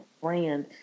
brand